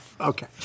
Okay